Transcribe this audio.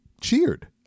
cheered